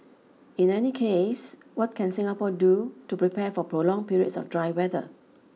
in any case what can Singapore do to prepare for prolonged periods of dry weather